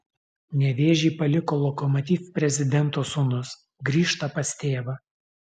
nevėžį paliko lokomotiv prezidento sūnus grįžta pas tėvą